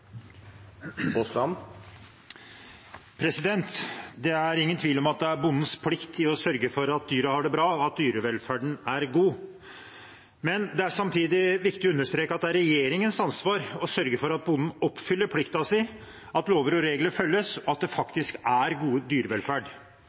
Det er ingen tvil om at det er bondens plikt å sørge for at dyra har det bra, og at dyrevelferden er god. Men det er samtidig viktig å understreke at det er regjeringens ansvar å sørge for at bonden oppfyller plikten sin, at lover og regler følges, og at det